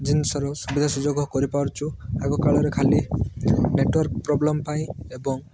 ଜିନିଷର ସୁବିଧା ସୁଯୋଗ କରିପାରୁଛୁ ଆଗକାଳରେ ଖାଲି ନେଟୱାର୍କ ପ୍ରୋବ୍ଲେମ୍ ପାଇଁ ଏବଂ